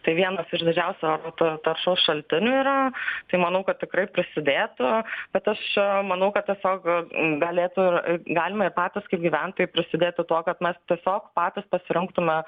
tai vienas vienas iš didžiausių oro taršos šaltinių yra tai manaukad tikrai prisidėtų bet aš manau kad tiesiog galėtų ir galima ir patys kaip gyventojai prisidėti tuo kad mes tiesiog patys pasirinktume